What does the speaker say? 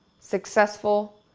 successful,